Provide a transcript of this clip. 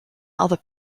other